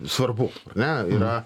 svarbu ar ne yra